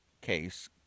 case